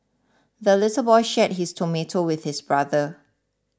the little boy shared his tomato with his brother